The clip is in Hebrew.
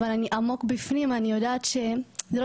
אבל אני עמוק בפנים אני יודעת שזה לא